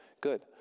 good